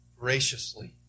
graciously